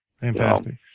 Fantastic